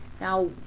Now